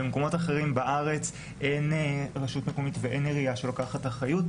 במקומות אחרים בארץ אין רשות מקומית ואין עירייה שלוקחת אחריות.